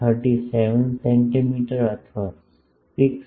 37 centimetre અથવા 6